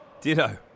Ditto